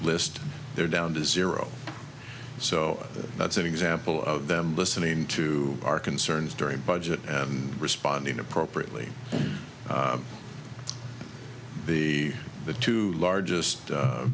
list they're down to zero so that's an example of them listening to our concerns during budget and responding appropriately the the two largest